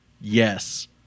Yes